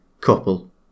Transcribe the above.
couple